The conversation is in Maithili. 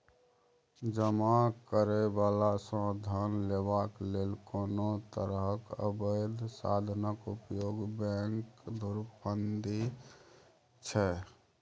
जमा करय बला सँ धन लेबाक लेल कोनो तरहक अबैध साधनक उपयोग बैंक धुरफंदी छै